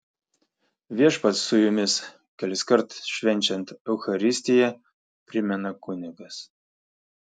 viešpats su jumis keliskart švenčiant eucharistiją primena kunigas